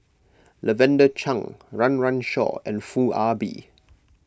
Lavender Chang Run Run Shaw and Foo Ah Bee